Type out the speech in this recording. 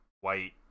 white